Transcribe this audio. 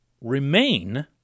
remain